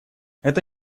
это